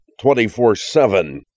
24-7